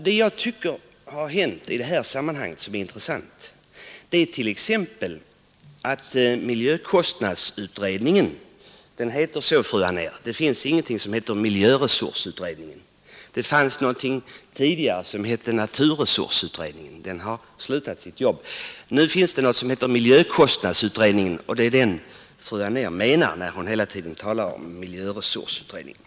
Det jag tycker är intressant i detta sammanhang är miljökostnadsutredningen. Den heter så, fru Anér. Det finns ingenting som heter miljöresursutredningen. Det fanns någonting tidigare som hette naturresursutredningen. Den har avslutat sitt arbete. Nu finns det någonting som heter miljökostnadsutredningen, och det är den fru Anér menar när hon hela tiden talar om miljöresursutredningen.